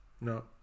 No